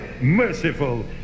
merciful